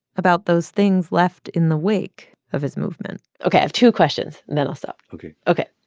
about those things left in the wake of his movement ok, i have two questions, and then i'll stop ok ok.